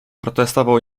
protestował